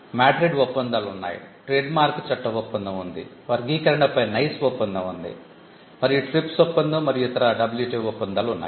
Madrid ఒప్పందాలు ఉన్నాయి trademark చట్ట ఒప్పందం ఉంది వర్గీకరణపై NICE ఒప్పందం ఉంది మరియు TRIPS ఒప్పందం మరియు ఇతర WTO ఒప్పందాలు ఉన్నాయి